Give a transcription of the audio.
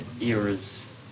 eras